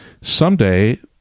Someday